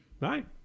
Right